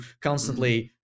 constantly